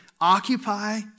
occupy